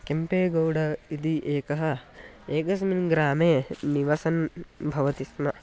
केम्पे गौड इति एकः एकस्मिन् ग्रामे निवसन् भवति स्म